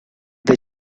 the